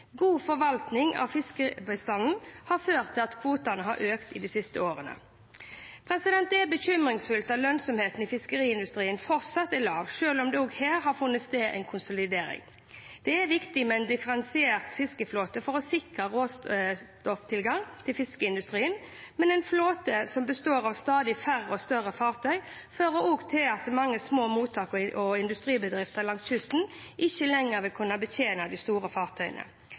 God forvaltning av fiskebestanden har ført til at kvotene har økt de siste årene. Det er bekymringsfullt at lønnsomheten i fiskeriindustrien fortsatt er lav, selv om det også her har funnet sted en konsolidering. Det er viktig med en differensiert fiskeflåte for å sikre råstofftilgang til fiskeindustrien, men en flåte som består av stadig færre og større fartøy, fører også til at mange små mottak og industribedrifter langs kysten ikke lenger vil kunne betjene de store fartøyene.